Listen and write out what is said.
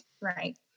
Right